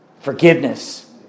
Forgiveness